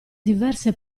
diverse